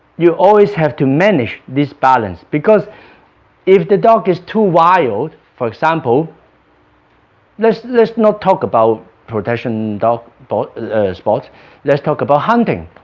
you always have to manage this balance because if the dog is too wild for example let's let's not talk about protection but sport let's talk about hunting,